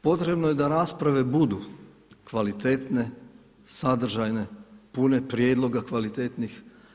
Potrebno je da rasprave budu kvalitetne, sadržajne, pune prijedloga kvalitetnih.